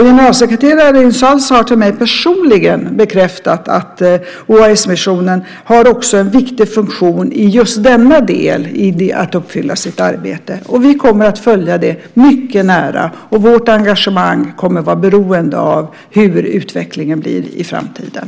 Generalsekreteraren Insulza har till mig personligen bekräftat att OAS-missionen också har en viktig funktion i just denna del i uppfyllandet av dess arbete. Vi kommer att följa det mycket nära, och vårt engagemang kommer att vara beroende av hur utvecklingen blir i framtiden.